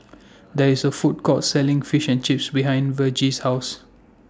There IS A Food Court Selling Fish and Chips behind Vergie's House